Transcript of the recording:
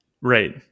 Right